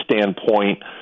standpoint